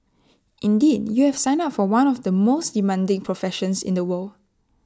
indeed you have signed up for one of the most demanding professions in the world